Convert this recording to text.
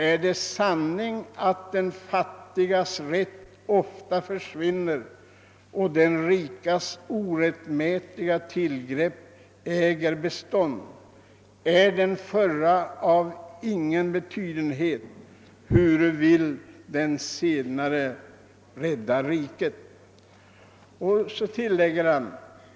Är det sanning, at den fattigas rätt ofta försvinner och den rikas orättmätiga tillgrep äger bestånd? Är den förra af ingen betydenhet, huru vill den sednare rädda riket?